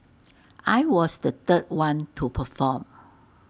I was the third one to perform